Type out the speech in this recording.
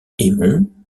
aimons